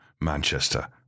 Manchester